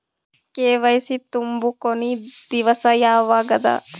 KYC ತುಂಬೊ ಕೊನಿ ದಿವಸ ಯಾವಗದ?